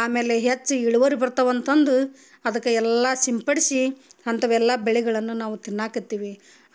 ಆಮೇಲೆ ಹೆಚ್ಚು ಇಳ್ವರಿ ಬರ್ತವ ಅಂತಂದು ಅದಕ್ಕೆ ಎಲ್ಲ ಸಿಂಪಡಿಸಿ ಅಂಥವೆಲ್ಲ ಬೆಳೆಗಳನ್ನು ನಾವು ತಿನ್ನಾಕತ್ತೀವಿ